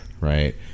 right